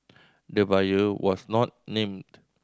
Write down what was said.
the buyer was not named